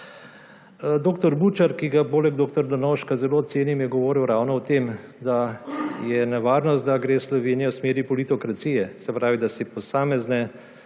Dr. Bučar, ki ga poleg dr. Drnovška zelo cenim, je govoril ravno o tem, da je nevarnost, da gre Slovenija v smeri politokracije, se pravi, da si posamezni